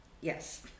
Yes